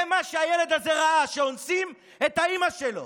זה מה שהילד הזה ראה, שאונסים את אימא שלו.